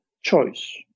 choice